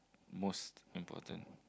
most important